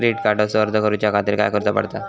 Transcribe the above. Credit कार्डचो अर्ज करुच्या खातीर काय करूचा पडता?